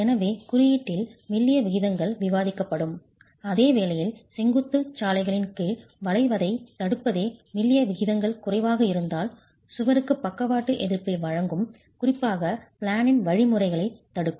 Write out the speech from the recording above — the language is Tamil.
எனவே குறியீட்டில் மெல்லிய விகிதங்கள் விவாதிக்கப்படும் அதே வேளையில் செங்குத்துச் சாலைகளின் கீழ் வளைவதைத் தடுப்பதே மெல்லிய விகிதங்கள் குறைவாக இருந்தால் சுவருக்கு பக்கவாட்டு எதிர்ப்பை வழங்கும் குறிப்பாக பிளேனின் வழிமுறைகளைத் தடுக்கும்